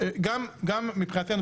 גם מבחינתנו,